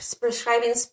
prescribing